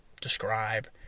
describe